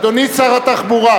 אדוני שר התחבורה,